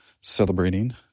celebrating